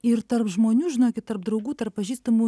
ir tarp žmonių žinokit tarp draugų tarp pažįstamų